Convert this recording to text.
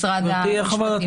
העניין.